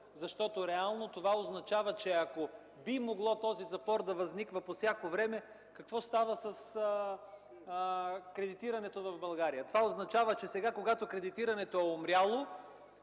запора. Реално, това означава, че би могло този запор да възниква по всяко време. Какво става с кредитирането в България? Това означава, че сега, когато кредитирането е умряло,